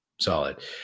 Solid